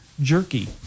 Jerky